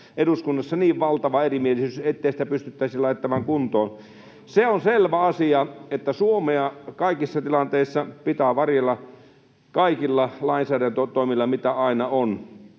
eduskunnassa niin valtava erimielisyys, ettei sitä pystyttäisi laittamaan kuntoon. Se on selvä asia, että Suomea kaikissa tilanteissa pitää varjella kaikilla lainsäädäntötoimilla, mitä kulloinkin on.